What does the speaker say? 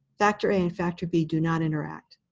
factor a and factor b do not interact.